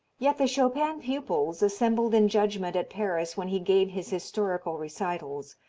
yet the chopin pupils, assembled in judgment at paris when he gave his historical recitals,